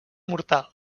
mortal